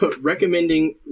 recommending